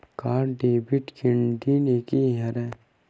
का debit credit एके हरय?